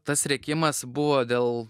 tas rėkimas buvo dėl